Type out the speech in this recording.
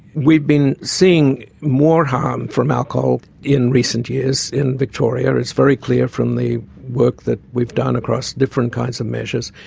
we've been seeing more harm from alcohol in recent years in victoria. it's very clear from the work that we've done across different kinds of measures.